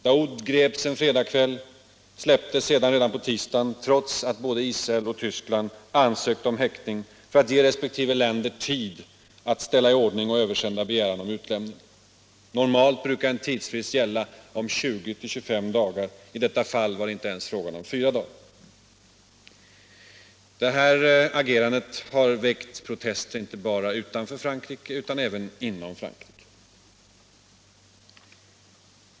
Daoud greps en fredagskväll och släpptes redan på tisdagen, trots att både Israel och Västtyskland ansökt om häktning för att resp. länder skulle få tid att ställa i ordning och översända begäran om utlämning. Normalt brukar en tidsfrist handla om 20-25 dagar. I detta fall var det inte ens fråga om fyra dagar. Det här agerandet har väckt protester inte bara utanför Frankrike utan även inom Frankrike.